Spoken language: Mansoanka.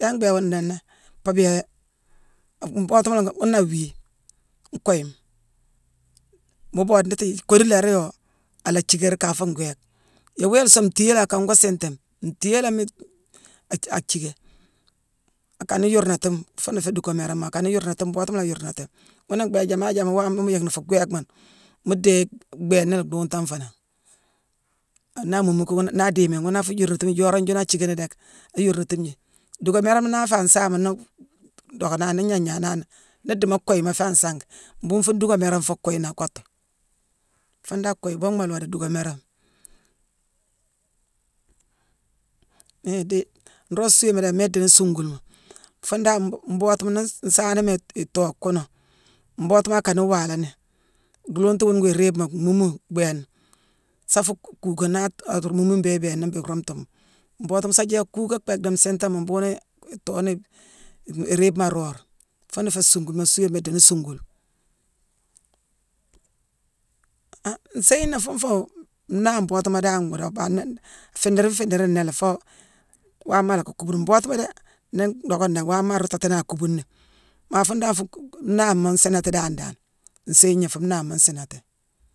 Yaa bhiiké awoo nonnéé? Pabia mbootuma ghuna awii nuuyima koy. Nuu boode ndiiti koodu laari woo, ala thiickari ka fuu ngwéék. Yéérwoo yéér song; ntiiyé léémi, akane woo siintimi. Ntiiyé léémi-a- athiické. Akane yuurnatume, fuuna féé duuckamérama mbootuma la akane yuurnatu. Ghuna mbhiiké jaama jaama worama mu yick ni fuu gwééma, mu déye bhééna la tuuntang foo nangh. Naa muumu ki-wune-naa diimine ghune afu yuurnatime ijoorane june naa thiickani déck, a yuurnatime jii. Duuckamérama naa aféé an saama, nuu dockonani, nuu gnaa gnaa nani. Nuu diimo kuuyema féé an sanga, mbhuughune fuune duuckaméra fuune kuuye, naa kottu. Fuuna dan kuuye bhuughma loo déé, duuckamérama. N-dii-nroog suuéma dan yamma ndii ni suungulema, fuune dan mbootu, nii nsaanoma itoo, kuunu, mbootuma, akane waalani duuntu wuune wuu iriibema, mhuumu bhééna saa fuu kuuka naa-a-tuu-amuumu mbééghine ibhééna mbéé ruumtume, mbootuma mu sa jééye akuuka bhééck dii nsiintama mbhuughune toowoone ni iriibema aroore. Fuuna féé suungulema, suuwéma idii ni suungule. Han nsééyina fuune fuu nnaah mbootuma dan mbhuru mbaanéé; afiidiri fiidirine nnéé lé foo waama alacka kuubuni. Mbootuma déé, nii docka nnéé waama araatani ni, a kuubuni ni. Maa fuune dan fuu-ku-nnaama nsiinati dan dan, nsééyigna fuu naama nsiinat.